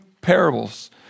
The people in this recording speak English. parables